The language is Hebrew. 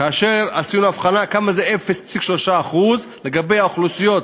עשינו הבחנה כמה זה 0.3% לגבי האוכלוסיות,